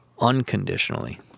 unconditionally